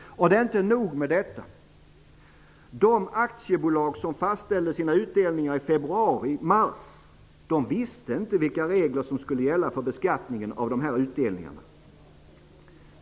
Och det är inte nog med detta. De aktiebolag som fastställde sina utdelningar i februari--mars visste inte vilka regler som skulle gälla för beskattningen av dessa utdelningar.